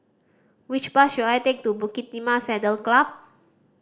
which bus should I take to Bukit Timah Saddle Club